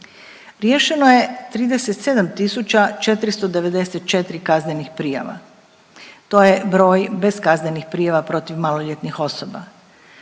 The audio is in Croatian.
Riješeno je 37.494 kaznenih prijava. To je broj bez kaznenih prijava protiv maloljetnih osoba.